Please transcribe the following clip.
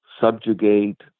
subjugate